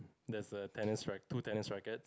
there's a tennis rack~ two tennis racket